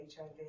HIV